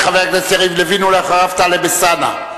חבר הכנסת יריב לוין, ואחריו, טלב אלסאנע.